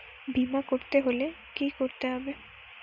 বিমা করতে হলে কি করতে হবে?